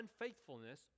unfaithfulness